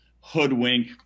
hoodwink